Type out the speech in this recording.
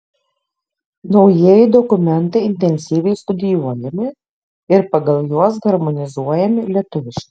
naujieji dokumentai intensyviai studijuojami ir pagal juos harmonizuojami lietuviški